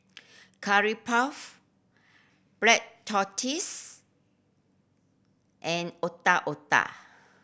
Curry Puff black tortoise and Otak Otak